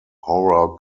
horror